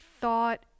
thought